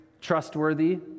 trustworthy